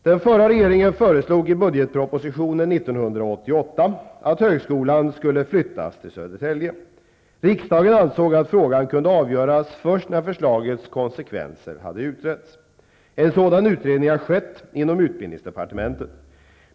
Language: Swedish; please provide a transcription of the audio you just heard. Den förra regeringen föreslog i budgetpropositionen Riksdagen ansåg att frågan kunde avgöras först när förslagets konsekvenser hade utretts. En sådan utredning har skett inom utbildningsdepartementet.